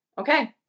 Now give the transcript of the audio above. okay